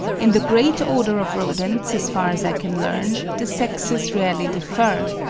in the great order of rodents, as far as i can learn, the sexes rarely differ,